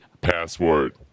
password